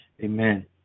Amen